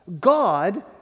God